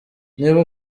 niba